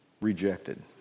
rejected